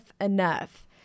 enough